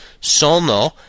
Sono